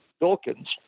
Dawkins